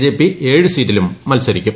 J P ഏഴ് സീറ്റിലും മത്സരിക്കും